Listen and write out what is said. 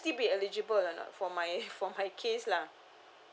still be eligible or not for my for my case lah